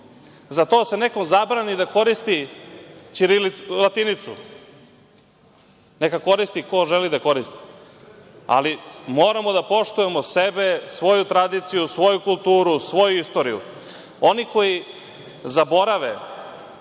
za to da se nekom zabrani da koristi latinicu. Neka koristi ko želi da koristi, ali moramo da poštujemo sebe, svoju tradiciju, svoju kulturu, svoju istoriju. Oni koji zaborave